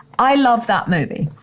i love that movie.